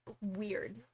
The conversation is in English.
weird